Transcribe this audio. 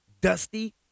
dusty